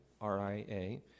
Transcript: R-I-A